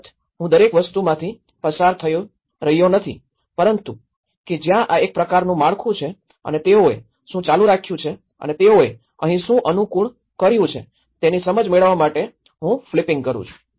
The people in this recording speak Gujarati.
અલબત્ત હું દરેક વસ્તુમાંથી પસાર થઈ રહ્યો નથી પરંતુ કે જ્યાં આ એક પ્રકારનું માળખું છે અને તેઓએ શું ચાલુ રાખ્યું છે અને તેઓએ અહીં શું અનુકૂળ કર્યું છે તેની સમજ મેળવવા માટે હું ફ્લિપિંગ કરું છું